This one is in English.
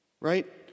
right